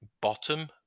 bottom